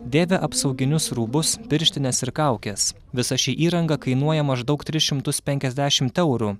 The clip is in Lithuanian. dėvi apsauginius rūbus pirštines ir kaukes visa ši įranga kainuoja maždaug tris šimtus penkiadešimt eurų